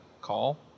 call